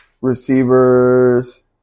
Receivers